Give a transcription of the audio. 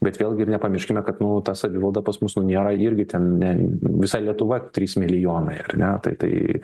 bet vėlgi ir nepamirškime kad nu ta savivalda pas mus nu nėra irgi ten ne visa lietuva trys milijonai ar ne tai tai